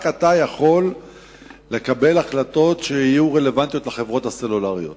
רק אתה יכול לקבל החלטות שיהיו רלוונטיות לחברות הסלולריות,